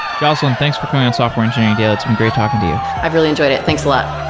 jocelyn, thanks for coming on software engineering daily. it's been great talking to you. i've really enjoyed it. thanks